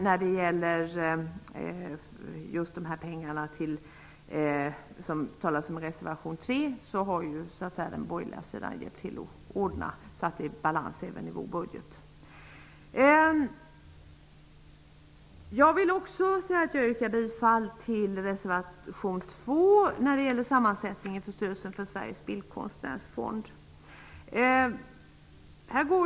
När det gäller just de pengar som berörs i reservation 3 har den borgerliga sidan hjälpt till med att skapa balans även i vår budget. Jag yrkar också bifall till reservation 2 om sammansättningen av Sveriges bildkonstnärsfond.